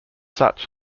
such